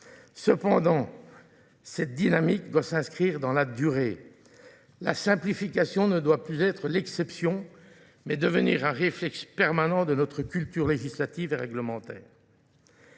Cependant, cette dynamique doit s'inscrire dans la durée. La simplification ne doit plus être l'exception, mais devenir un réflexe permanent de notre culture législative et réglementaire.